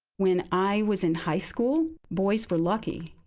when i was in high school, boys were lucky.